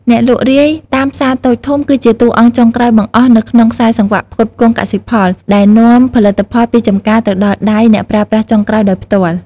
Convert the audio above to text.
អ្នកលក់រាយតាមផ្សារតូចធំ គឺជាតួអង្គចុងក្រោយបង្អស់នៅក្នុងខ្សែសង្វាក់ផ្គត់ផ្គង់កសិផល ដែលនាំផលិតផលពីចំការទៅដល់ដៃ អ្នកប្រើប្រាស់ចុងក្រោយ ដោយផ្ទាល់។